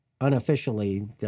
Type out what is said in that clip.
unofficially